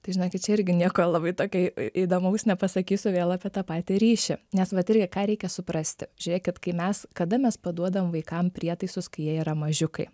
tai žinokit čia irgi nieko labai tokio įdomaus nepasakysiu vėl apie tą patį ryšį nes vat irgi ką reikia suprasti žiūrėkit kai mes kada mes paduodam vaikam prietaisus kai jie yra mažiukai